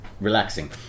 relaxing